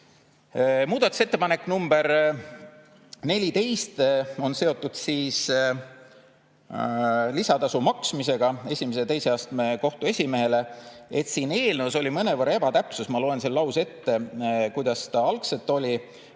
Muudatusettepanek nr 14 on seotud lisatasu maksmisega esimese ja teise astme kohtu esimehele. Eelnõus oli mõnevõrra ebatäpsus. Ma loen selle lause ette, kuidas ta algselt oli,